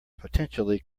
potentially